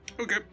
Okay